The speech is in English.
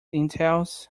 entails